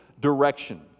direction